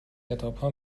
کتابها